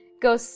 Go